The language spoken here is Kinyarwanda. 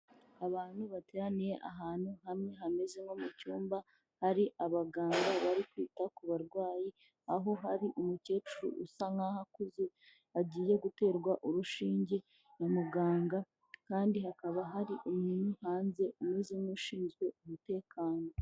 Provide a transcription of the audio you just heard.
Abantu bateraniye ahantu hamwe hameze nko mu cyumba hari abaganga bari kwita ku barwayi aho hari umukecuru usa nkaho akuze agiye guterwa urushinge na muganga kandi hakaba hari umuntu hanze umeze nk'ushinzwe umutekano.